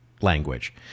language